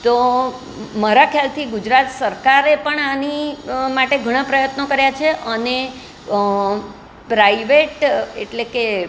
તો મારા ખ્યાલથી ગુજરાત સરકારે પણ આની માટે ઘણા પ્રયત્નો કર્યા છે અને પ્રાઇવેટ એટલે કે